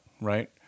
right